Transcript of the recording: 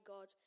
God